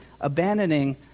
abandoning